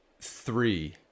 three